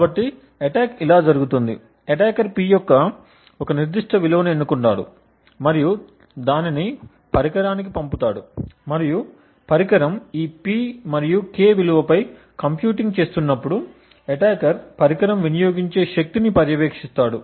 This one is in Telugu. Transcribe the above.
కాబట్టి అటాక్ ఇలా జరుగుతుంది అటాకర్ P యొక్క ఒక నిర్దిష్ట విలువను ఎన్నుకుంటాడు మరియు దానిని పరికరానికి పంపుతాడు మరియు పరికరం ఈ P మరియు K విలువపై కంప్యూటింగ్ చేస్తున్నప్పుడు అటాకర్ పరికరం వినియోగించే శక్తిని పర్యవేక్షిస్తాడు